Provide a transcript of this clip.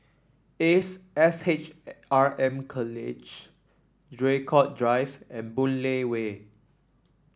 Ace S H R M College Draycott Drive and Boon Lay Way